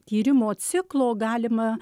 tyrimo ciklo galima